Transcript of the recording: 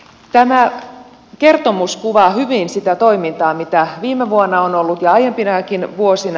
tämä kertomus kuvaa hyvin sitä toimintaa mitä viime vuonna on ollut ja aiempinakin vuosina